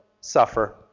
suffer